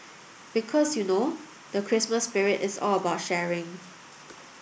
because you know the Christmas spirit is all about sharing